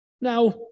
Now